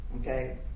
okay